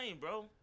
bro